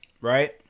Right